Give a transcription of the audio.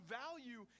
value